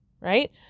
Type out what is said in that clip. Right